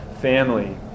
family